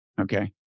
Okay